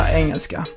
engelska